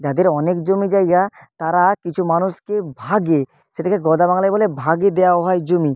যাদের অনেক জমি জায়গা তারা কিছু মানুষকে ভাগে সেটাকে গোদা বাংলায় বলা হয় ভাগে দেওয়াও হয় জমি